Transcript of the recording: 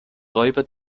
räuber